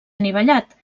anivellat